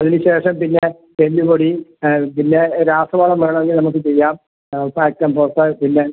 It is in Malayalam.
അതിന് ശേഷം പിന്നെ എല്ലുപൊടി പിന്നെ രാസവളം വേണമെങ്കിൽ നമുക്ക് ചെയ്യാം ഫാക്ടംഫോസ് പിന്നെ